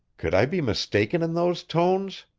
could i be mistaken in those tones?